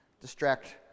Distract